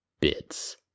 bits